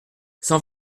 cent